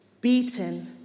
beaten